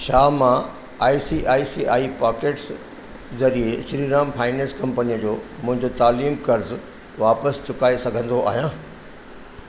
छा मां I C I C I pockets ज़रिए श्रीराम फाइनेंस कंपनी जो मुंहिंजो तालीम क़र्ज़ु वापसि चुकाए सघंदो आहियां